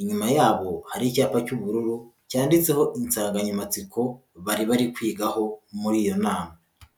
Inyuma yabo hari icyapa cy'ubururu, cyanditseho insanganyamatsiko bari bari kwigaho muri iyo nama.